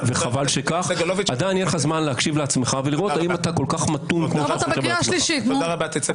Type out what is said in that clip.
לא מותר לך להגיד מה שאתה רוצה.